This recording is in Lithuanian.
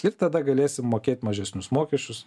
ir tada galėsim mokėt mažesnius mokesčius